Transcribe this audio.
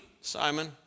Simon